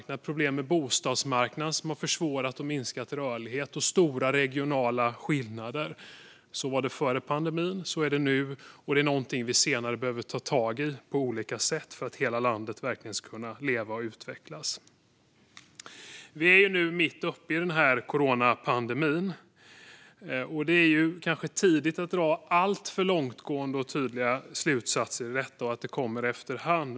Vi hade problem med bostadsmarknaden som har försvårat och minskat rörlighet och stora regionala skillnader. Så var det före pandemin. Så är det nu. Det är något som vi senare behöver ta tag i för att hela landet verkligen ska kunna leva och utvecklas. Vi är mitt uppe i coronapandemin. Det är kanske tidigt att dra alltför långtgående och tydliga slutsatser. Det kommer efter hand.